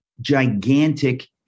gigantic